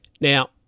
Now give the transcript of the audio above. Now